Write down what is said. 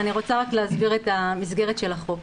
אני רוצה להסביר את המסגרת של החוק.